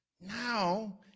Now